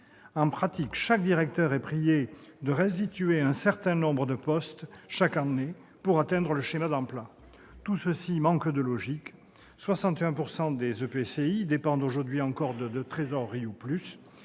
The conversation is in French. En pratique, chaque directeur est prié de « restituer » un certain nombre de postes chaque année pour respecter le schéma d'emplois. Tout cela manque de logique- 61 % des EPCI dépendent aujourd'hui encore de deux trésoreries ou plus